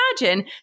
imagine